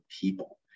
people